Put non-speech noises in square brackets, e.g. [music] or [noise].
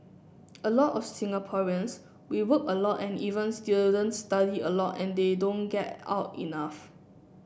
[noise] a lot of Singaporeans we work a lot and even students study a lot and they don't get out enough